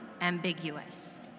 ambiguous